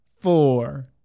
four